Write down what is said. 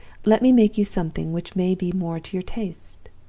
let me make you something which may be more to your taste.